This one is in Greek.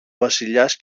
βασιλιάς